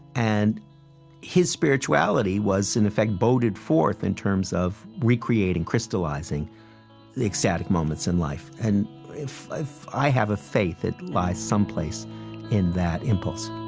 and his spirituality was, in effect, boded forth in terms of recreating, crystallizing the ecstatic moments in life. and if i have a faith, it lies someplace in that impulse